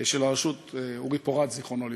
של הרשות, אורי פורת, זיכרונו לברכה.